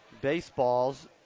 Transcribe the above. baseballs